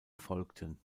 folgten